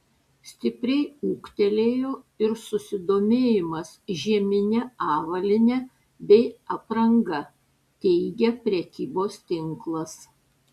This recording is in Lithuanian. stipriai ūgtelėjo ir susidomėjimas žiemine avalyne bei apranga teigia prekybos tinklas